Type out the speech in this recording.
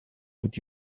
with